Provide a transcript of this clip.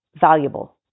valuable